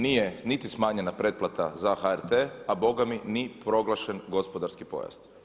Nije niti smanjena pretplata za HRT, a bogami ni proglašen gospodarski porast.